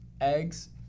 eggs